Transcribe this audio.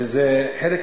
וזה חלק,